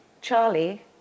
Charlie